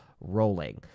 rolling